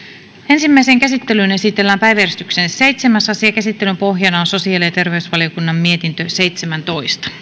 ensimmäiseen käsittelyyn esitellään päiväjärjestyksen seitsemäs asia käsittelyn pohjana on sosiaali ja terveysvaliokunnan mietintö seitsemäntoista